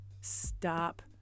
stop